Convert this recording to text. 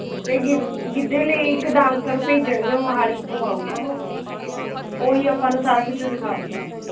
ਅਤੇ ਗਿੱਧ ਗਿੱਧੇ ਲਈ ਇੱਕ ਡਾਂਸਰ ਭੇਜਣਗੇ ਓਹ ਮੋਹਾਲੀ ਤੋਂ ਆਊਗਾ ਉਹ ਉਹੀ ਆਪਾਂ ਨੂੰ ਸਾਰਾ ਕੁੱਝ ਸਿਖਾਊਗਾ